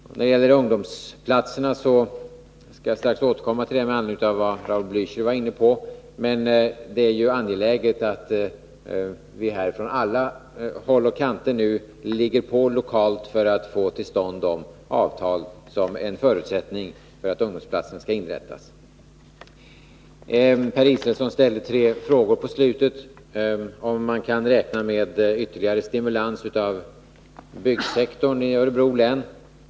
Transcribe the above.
När det gäller ungdomsplatserna skall jag strax återkomma till det som & Raul Blächer var inne på, men det är angeläget att vi på alla håll nu ”ligger på” lokalt för att få till stånd de avtal som är en förutsättning för att ungdomsplatser skall inrättas. Per Israelsson ställde på slutet av sitt anförande tre frågor om huruvida man kan räkna med ytterligare stimulans av byggsektorn i Örebro län.